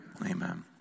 Amen